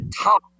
top